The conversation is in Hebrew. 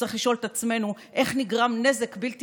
נצטרך לשאול את עצמנו איך נגרם נזק בלתי